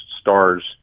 stars